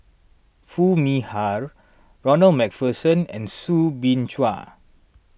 Foo Mee Har Ronald MacPherson and Soo Bin Chua